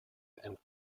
and